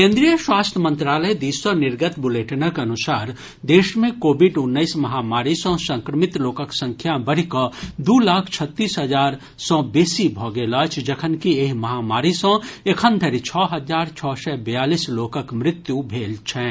केंद्रीय स्वास्थ्य मंत्रालय दिस सँ निर्गत बुलेटिनक अनुसार देश मे कोविड उन्नैस महामारी सँ संक्रमित लोकक संख्या बढ़ि कऽ दू लाख छत्तीस हजार सँ बेसी भऽ गेल अछि जखनकि एहि महामारी सँ एखन धरि छओ हजार छओ सय बेयालीस लोकक मृत्यु भेल छनि